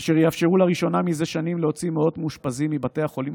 אשר יאפשרו לראשונה זה שנים להוציא מאות מאושפזים מבתי החולים